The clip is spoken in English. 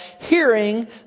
Hearing